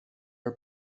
are